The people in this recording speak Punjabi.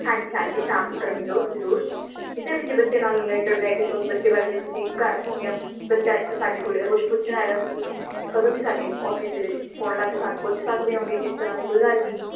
ਹਾਂਜੀ ਹਾਂਜੀ ਸ਼ਾਮ ਤੱਕ ਮਿਲੋ ਜ਼ਰੂਰ ਕਿਤੇ ਵੀ ਜੇ ਬੱਚੇ ਨਾਲ ਰਿਲੇਟਿਡ ਲੈਕੇ ਤੁਹਾਨੂੰ ਬੱਚੇ ਬਾਰੇ ਜੇ ਤੁਸੀਂ ਘਰ ਹੋਂ ਗਿਆ ਬੱਚਾ ਇੱਥੇ ਸਾਡੇ ਕੋਲ ਕੁਛ ਪੁੱਛਣਾ ਹੈਗਾ ਤੁਸੀਂ ਕਦੋਂ ਵੀ ਸਾਡੇ ਆਫਿਸ ਦੇ ਵਿੱਚ ਫੋਨ ਲਾ ਕੇ ਸਾਨੂੰ ਪੁੱਛ ਸਕਦੇ ਹੈਗੇ ਇਸ ਤਰ੍ਹਾਂ ਦੀ ਕੋਈ ਗੱਲ ਨਹੀਂ ਗੀ